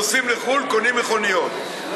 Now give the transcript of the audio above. נוסעים לחו"ל, קונים מכוניות.